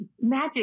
magic